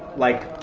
like